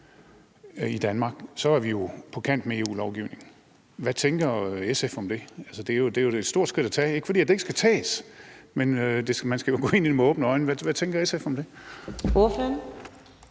i Danmark, er vi jo på kant med EU-lovgivningen. Hvad tænker SF om det? Altså, det er jo et stort skridt at tage, og det er ikke, fordi det ikke skal tages. Men man skal jo også gå ind i det med åbne øjne. Hvad tænker SF om det?